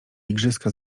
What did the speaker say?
igrzyska